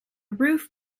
roof